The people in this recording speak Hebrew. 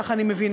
כך אני מבינה,